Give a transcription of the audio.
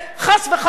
חס וחלילה,